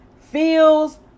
feels